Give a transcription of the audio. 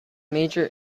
major